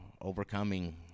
overcoming